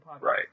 Right